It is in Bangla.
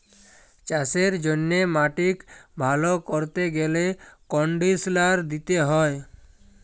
চাষের জ্যনহে মাটিক ভাল ক্যরতে গ্যালে কনডিসলার দিতে হয়